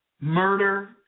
murder